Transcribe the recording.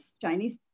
Chinese